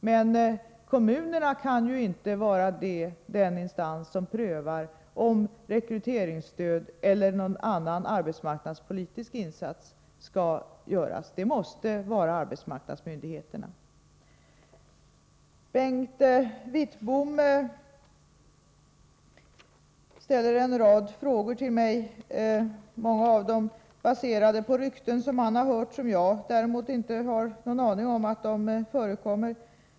Men kommunerna kan inte vara den instans som prövar om rekryteringsstöd skall tillämpas eller om någon annan arbetsmarknadspolitisk insats skall göras. Det måste alltså vara en arbetsmarknadsmyndighet. Bengt Wittbom ställde en rad frågor till mig, många av dem baserade på rykten som han har hört men som jag inte har någon aning om.